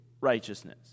righteousness